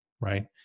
right